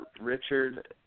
Richard